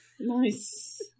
Nice